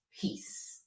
Peace